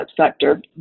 sector